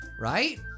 right